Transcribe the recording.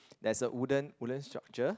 there's a wooden wooden structure